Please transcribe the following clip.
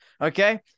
Okay